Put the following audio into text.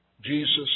Jesus